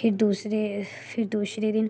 फिर दूसरे फिर दूसरे दिन